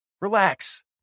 Relax